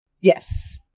Yes